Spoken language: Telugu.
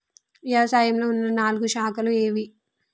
వ్యవసాయంలో ఉన్న నాలుగు శాఖలు ఏవి?